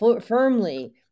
firmly